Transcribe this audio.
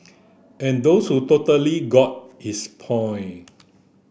and those who totally got his point